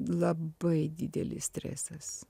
labai didelis stresas